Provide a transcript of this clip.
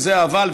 וזה האבל,